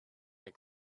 that